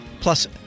plus